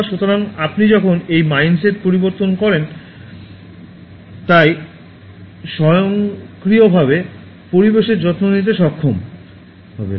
সুতরাং আপনি যখন এই মাইন্ডসেটে পরিবর্তন করেন তাই স্বয়ংক্রিয়ভাবে পরিবেশের যত্ন নিতে সক্ষম হবেন